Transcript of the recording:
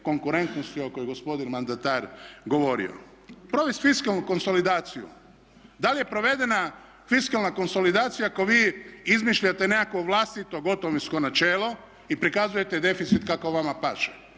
konkurentnosti o kojoj gospodin mandatar govorio. Provesti fiskalnu konsolidaciju, da li je provedena fiskalna konsolidacija ako vi izmišljate nekakvo vlastito gotovinsko načelo i prikazujete deficit kako vama paše?